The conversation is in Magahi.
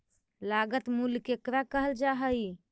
लागत मूल्य केकरा कहल जा हइ?